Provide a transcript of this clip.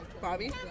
Bobby